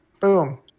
Boom